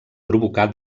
provocar